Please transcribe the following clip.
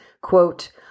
Quote